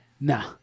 Nah